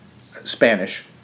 Spanish